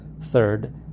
Third